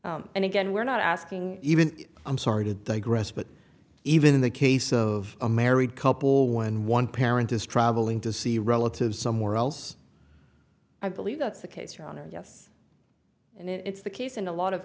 and again we're not asking even i'm sorry to digress but even in the case of a married couple when one parent is traveling to see relatives somewhere else i believe that's the case your honor yes and it's the case in a lot of